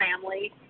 family